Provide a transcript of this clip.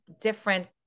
different